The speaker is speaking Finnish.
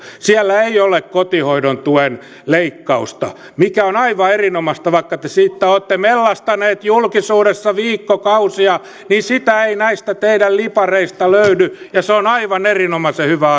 siellä ei ole kotihoidon tuen leikkausta mikä on aivan erinomaista vaikka te siitä olette mellastaneet julkisuudessa viikkokausia niin sitä ei näistä teidän lipareista löydy ja se on aivan erinomaisen hyvä